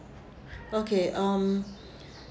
okay um